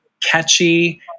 catchy